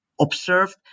observed